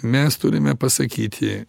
mes turime pasakyti